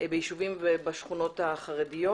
בישובים ובשכונות החרדיות.